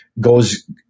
goes